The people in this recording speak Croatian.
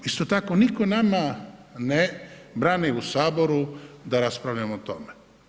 Isto tako nitko nama ne brani u Saboru da raspravljamo o tome.